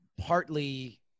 partly